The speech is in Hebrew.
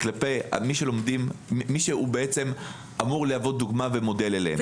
כלפי מי שהוא אמור להוות דוגמה ומודל אליהם.